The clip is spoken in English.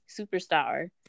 superstar